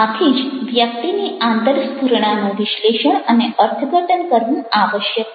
આથી જ વ્યક્તિની આંતરસ્ફુરણાનું વિશ્લેષણ અને અર્થઘટન કરવું આવશ્યક છે